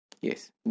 yes